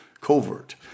covert